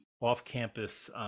off-campus